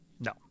No